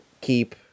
keep